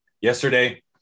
Yesterday